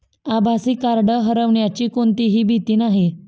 आभासी कार्ड हरवण्याची कोणतीही भीती नाही